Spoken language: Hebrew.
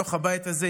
מתוך הבית הזה,